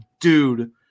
dude